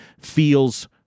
feels